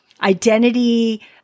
identity